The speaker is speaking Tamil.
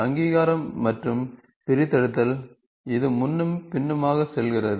அங்கீகாரம் மற்றும் பிரித்தெடுத்தல் இது முன்னும் பின்னுமாக செல்கிறது